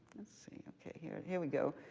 let's see. okay, here here we go.